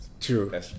True